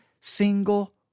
single